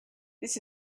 this